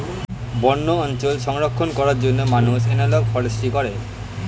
বন্য অঞ্চল সংরক্ষণ করার জন্য মানুষ এনালগ ফরেস্ট্রি করে